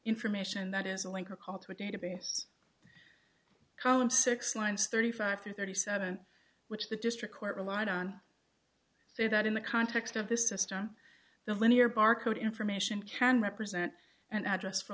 information that is a link or call to a database column six lines thirty five through thirty seven which the district court relied on so that in the context of this system the linear barcode information can represent an address for